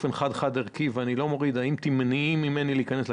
האם במצב כזה תמנעי ממני להיכנס לקניון?